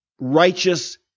righteous